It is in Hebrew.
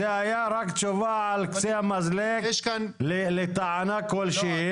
זו הייתה תשובה על קצה המזלג לטענה כלשהי.